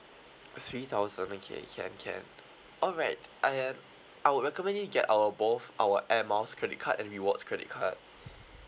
three thousand okay can can alright and I would recommend you to get our both our air miles credit card and rewards credit card